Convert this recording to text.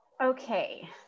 Okay